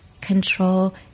control